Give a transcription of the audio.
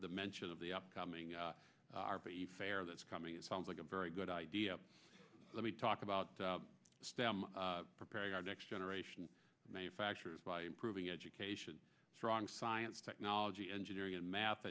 the mention of the upcoming fair that's coming it sounds like a very good idea let me talk about stem preparing our next generation manufacturers by improving education strong science technology engineering and math